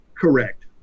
Correct